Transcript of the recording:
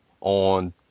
on